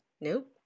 Nope